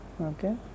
Okay